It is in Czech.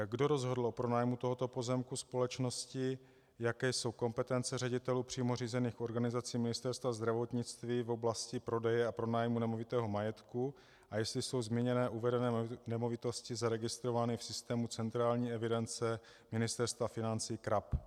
Kdo rozhodl o pronájmu tohoto pozemku společnosti, jaké jsou kompetence ředitelů přímo řízených organizací Ministerstva zdravotnictví v oblasti prodeje a pronájmu nemovitého majetku a jestli jsou zmíněné uvedené nemovitosti zaregistrovány v systému centrální evidence Ministerstva financí CRAB.